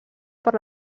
per